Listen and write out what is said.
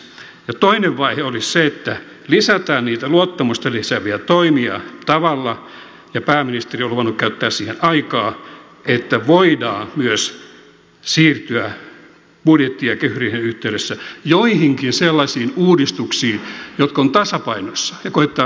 ja toinen vaihe olisi se että lisätään niitä luottamusta lisääviä toimia tavalla ja pääministeri on luvannut käyttää siihen aikaa että voidaan myös siirtyä budjetti ja kehysriihen yhteydessä joihinkin sellaisiin uudistuksiin jotka ovat tasapainossa ja koettaa viedä niitä läpi